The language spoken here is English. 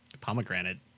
pomegranate